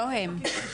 לא הם.